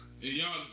y'all